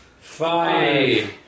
five